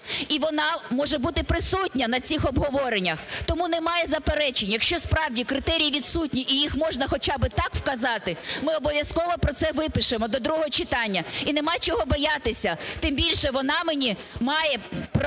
І вона може бути присутня на цих обговореннях. Тому немає заперечень. Якщо справді критерії відсутні і їх можна хоча би так вказати, ми обов'язково про це випишемо до другого читання. І нема чого боятися. Тим більше, вона мені має право